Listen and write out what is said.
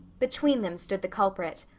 between them stood the culprit.